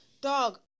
Dog